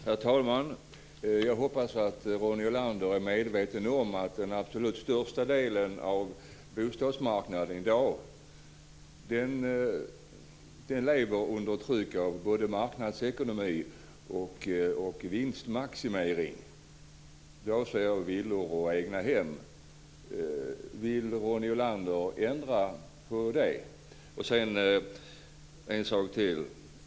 Herr talman! Jag hoppas att Ronny Olander är medveten om att den absolut största delen av bostadsmarknaden i dag lever under tryck av både marknadsekonomi och vinstmaximering - jag avser villor och egnahem. Vill Ronny Olander ändra på detta?